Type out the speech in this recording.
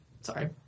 Sorry